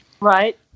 Right